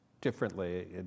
differently